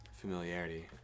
familiarity